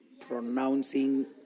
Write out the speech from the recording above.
pronouncing